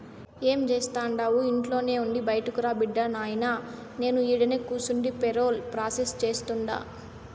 ఏం జేస్తండావు ఇంట్లోనే ఉండి బైటకురా బిడ్డా, నాయినా నేను ఈడనే కూసుండి పేరోల్ ప్రాసెస్ సేస్తుండా